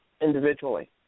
individually